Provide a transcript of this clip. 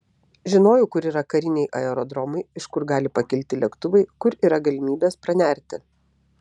žinojau kur yra kariniai aerodromai iš kur gali pakilti lėktuvai kur yra galimybės pranerti